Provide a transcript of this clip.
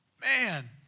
man